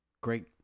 Great